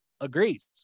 agrees